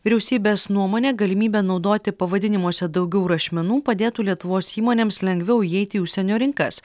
vyriausybės nuomone galimybę naudoti pavadinimuose daugiau rašmenų padėtų lietuvos įmonėms lengviau įeiti į užsienio rinkas